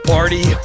Party